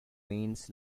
means